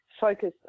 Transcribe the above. focus